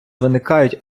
виникають